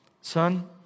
son